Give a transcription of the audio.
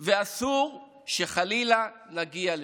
ואסור שחלילה נגיע לשם.